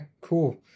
cool